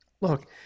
Look